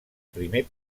primer